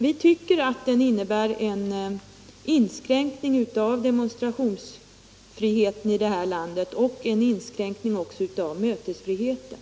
Vi tycker att den innebär en inskränkning av demonstrationsfriheten i det här landet och en inskränkning även av mötesfriheten.